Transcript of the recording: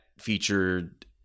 featured